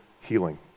healing